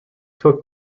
took